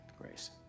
Grace